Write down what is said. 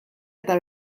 eta